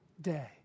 day